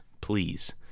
please